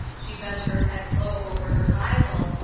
she bent her head low over her bible,